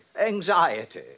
anxiety